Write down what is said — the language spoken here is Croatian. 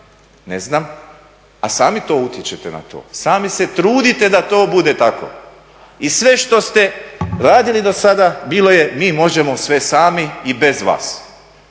ne znam a sami to utječete na to, sami se trudite da to bude tako. I sve što ste radili dosada bilo je mi možemo sve sami i bez vas.